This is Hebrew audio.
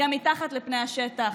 גם מתחת לפני השטח,